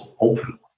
open